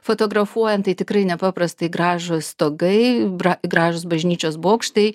fotografuojant tai tikrai nepaprastai gražūs stogai gražūs bažnyčios bokštai